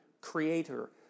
creator